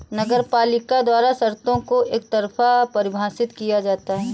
नगरपालिका द्वारा शर्तों को एकतरफा परिभाषित किया जाता है